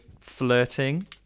flirting